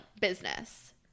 business